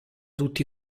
tutti